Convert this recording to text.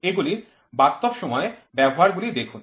এগুলির বাস্তব সময়ে ব্যবহার গুলি দেখুন